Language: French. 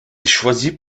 choisit